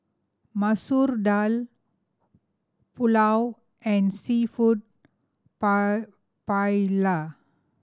Masoor Dal Pulao and Seafood Paella